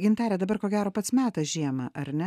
gintare dabar ko gero pats metas žiemą ar ne